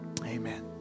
Amen